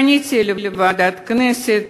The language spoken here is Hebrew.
פניתי לוועדת הכנסת,